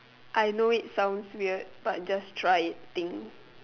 I know it sounds weird but just try it thing